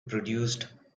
produced